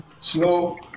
slow